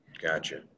gotcha